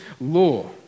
law